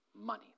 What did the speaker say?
money